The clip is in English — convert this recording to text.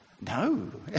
No